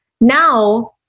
now